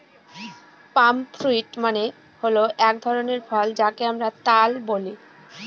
পাম fruit মানে হল এক ধরনের ফল যাকে আমরা তাল বলি